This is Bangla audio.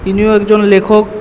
ইনিও একজন লেখক